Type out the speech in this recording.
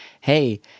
hey